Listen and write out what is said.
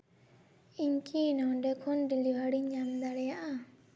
ᱤᱧ ᱠᱤ ᱱᱚᱰᱮ ᱠᱷᱚᱱ ᱰᱮᱞᱤᱵᱷᱟᱨᱤᱧ ᱧᱟᱢ ᱫᱟᱲᱮᱭᱟᱜᱼᱟ